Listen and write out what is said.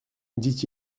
dit